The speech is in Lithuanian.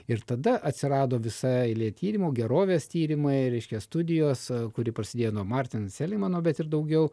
ir tada atsirado visa eilė tyrimų gerovės tyrimai reiškia studijos kuri prasidėjo nuo martin selemano bet ir daugiau